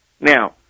Now